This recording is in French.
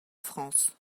france